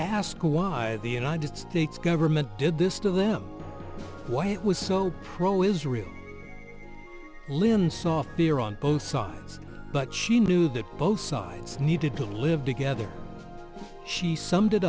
her why the united states government did this to them why it was so pro israel lynn saw fear on both sides but she knew that both sides needed to live together she summed it